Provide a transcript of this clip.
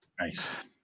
Nice